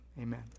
Amen